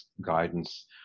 guidance